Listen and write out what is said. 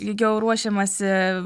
ilgiau ruošiamasi